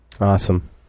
Awesome